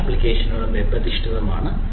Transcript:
മിക്ക ആപ്ലിക്കേഷനുകളും വെബ് അധിഷ്ഠിതമാണ്